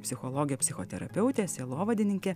psichologe psichoterapeute sielovadininke